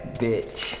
bitch